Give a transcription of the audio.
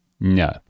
No 。